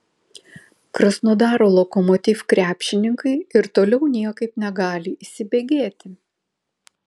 krasnodaro lokomotiv krepšininkai ir toliau niekaip negali įsibėgėti